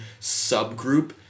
subgroup